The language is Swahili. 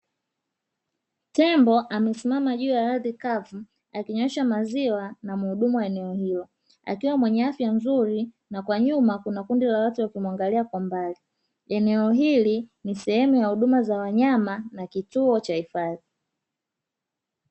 Tembo amesimama juu ya ardhi kavu akinyweshwa maziwa na mhudumu wa eneo hilo akiwa mwenye afya nzuri, na kwa nyuma kuna kundi la watu wakimuangalia kwa mbali. Eneo hili ni sehemu ya huduma za wanyama na kituo cha hifadhi.